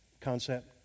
concept